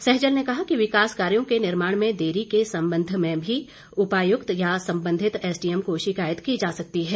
सहजल ने कहा कि विकास कार्यों के निर्माण में देरी को संबंध में भी उपायुक्त या संबंधित एसडीएम को शिकायत की जा सकती है